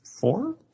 four